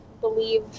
believe